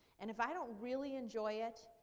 and if i don't really enjoy it,